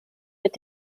mit